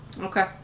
Okay